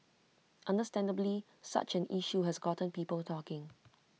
understandably such an issue has gotten people talking